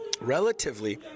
Relatively